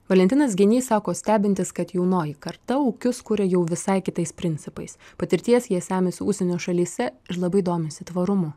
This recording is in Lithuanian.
valentinas genys sako stebintis kad jaunoji karta ūkius kuria jau visai kitais principais patirties jie semiasi užsienio šalyse ir labai domisi tvarumu